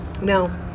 No